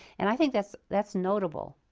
and i think that's that's notable.